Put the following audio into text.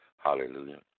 Hallelujah